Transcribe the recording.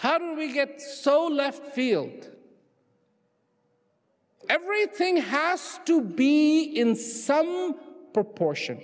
how do we get so left field everything has to be in some proportion